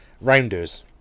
Rounders